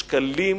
שקלים,